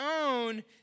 own